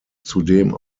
zudem